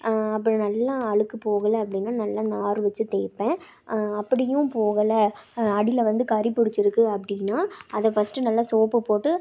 அது நல்லா அழுக்கு போகலை அப்படின்னா நல்லா நார் வச்சு தேய்ப்பேன் அப்படியும் போகலை அடியில் வந்து கரி பிடிச்சிருக்கு அப்படின்னா அதை ஃபஸ்ட்டு நல்லா சோப்பு போட்டு